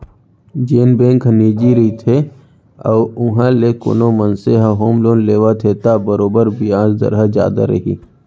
जेन बेंक ह निजी रइथे अउ उहॉं ले कोनो मनसे ह होम लोन लेवत हे त बरोबर बियाज दर ह जादा रही